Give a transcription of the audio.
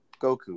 Goku